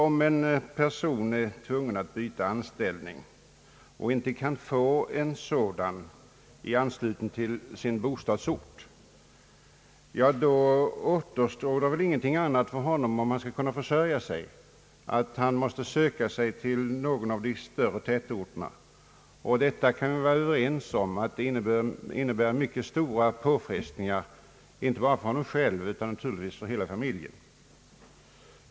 Om en person är tvungen att byta anställning och inte kan få sådan i närheten av bostadsorten, återstår väl ingenting annat för honom — om han skall kunna försörja sig — än att söka sig till någon av de större tätorterna. Detta kan vi vara överens om innebär mycket stora påfrestningar inte bara för honom själv utan naturligtvis för hela familjen.